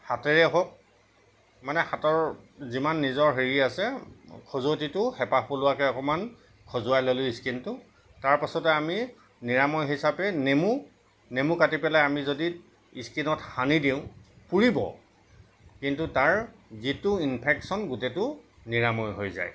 হাতেৰে হওক মানে হাতৰ নিজৰ যিমান হেৰি আছে খজুৱতিটো হেঁপাহ পলোৱাকৈ অকমান খজুৱাই ললোঁ স্কিনটো তাৰ পাছতে আমি নিৰাময় হিচাপে নেমু নেমু কাটি পেলাই আমি যদি স্কিনত সানি দিওঁ পোৰিব কিন্তু তাৰ যিটো ইনফেকচন গোটেইটো নিৰাময় হৈ যায়